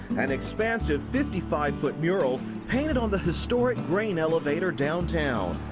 an expansive fifty five foot mural painted on the historic grain elevator downtown.